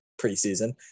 preseason